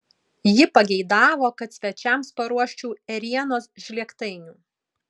ji pageidavo kad svečiams paruoščiau ėrienos žlėgtainių